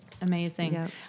Amazing